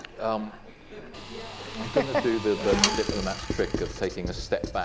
um yeah do the diplomat's trick of taking a step back,